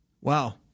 Wow